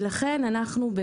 לכן אנחנו,